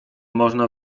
można